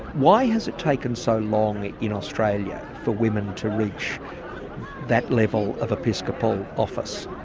why has it taken so long in australia for women to reach that level of episcopal office?